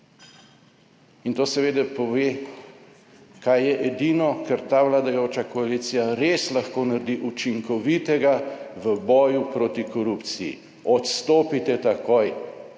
In to seveda pove kaj je edino kar ta vladajoča koalicija res lahko naredi učinkovitega v boju proti korupciji. Odstopite takoj